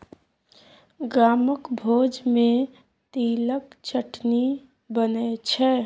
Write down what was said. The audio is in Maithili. गामक भोज मे तिलक चटनी बनै छै